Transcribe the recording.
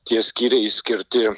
tie skyriai skirti